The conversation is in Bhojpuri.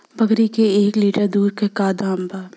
बकरी के एक लीटर दूध के का दाम बा?